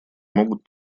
могут